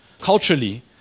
culturally